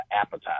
Appetizer